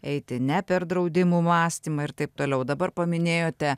eiti ne per draudimų mąstymą ir taip toliau dabar paminėjote